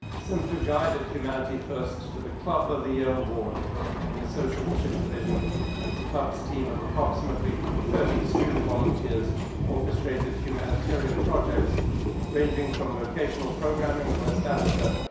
sinthu guided humanity first to the club of the year award in the social issues division as the club's team of approximately thirty student volunteers orchestrated humanitarian projects ranging from vocational programming in west africa,